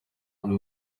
amwe